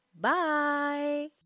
Bye